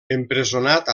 empresonat